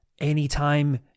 anytime